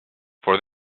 for